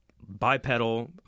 bipedal